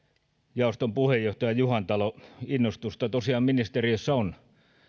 jaoston puheenjohtaja juhantalolle innostusta tosiaan ministeriössä on